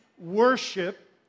worship